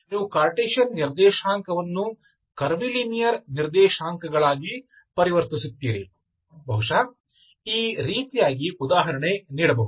ನೀವು ಕಾರ್ಟೀಸಿಯನ್ ನಿರ್ದೇಶಾಂಕವನ್ನು ಕರ್ವಿಲಿನೀಯರ್ ನಿರ್ದೇಶಾಂಕಗಳಾಗಿ ಪರಿವರ್ತಿಸುತ್ತೀರಿ ಬಹುಶಃ ಈ ರೀತಿಯಾಗಿ ಉದಾಹರಣೆ ನೀಡಬಹುದು